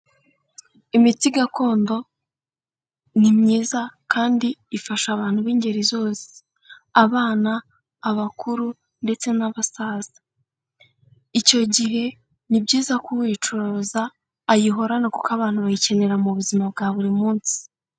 Imiti gakondo ni myiza kandi ifasha abantu b'ingeri zose, abana, abakuru ndetse n'abasaza, icyo gihe ni byiza ko uyicuruza ayihorana kuko abantu bayikenera mu buzima bwa buri munsi.